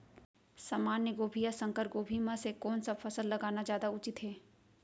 सामान्य गोभी या संकर गोभी म से कोन स फसल लगाना जादा उचित हे?